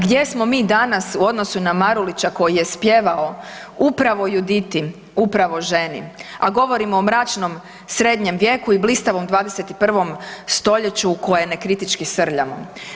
Gdje smo mi danas u odnosu na Marulića koji je spjevao upravo Juditi, upravo ženi, a govorimo o mračnom srednjem vijeku i blistavom 21. st. u koje nekritički srljamo.